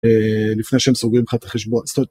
לפני שהם סוגרים לך את החשבון.